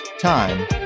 time